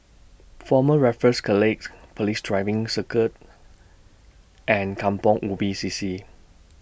Former Raffles Police Driving Circuit and Kampong Ubi C C